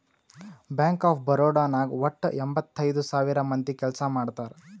bank of Baroda ನಾಗ್ ವಟ್ಟ ಎಂಭತ್ತೈದ್ ಸಾವಿರ ಮಂದಿ ಕೆಲ್ಸಾ ಮಾಡ್ತಾರ್